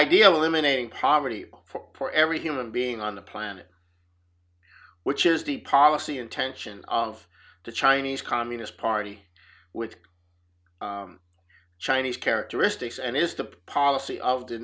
idea of eliminating poverty for every human being on the planet which is the policy intention of the chinese communist party with chinese characteristics and is the policy of the